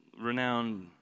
renowned